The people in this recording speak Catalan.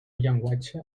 llenguatge